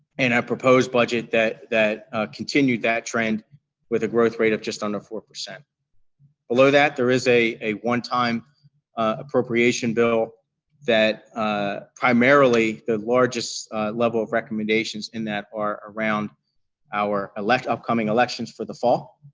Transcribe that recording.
and a proposed budget that that continued that trend with a growth rate of just under four. below that, there is a a one-time appropriation bill that ah primarily the largest level of recommendations in that are around our like upcoming elections for the fall